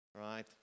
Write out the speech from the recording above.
Right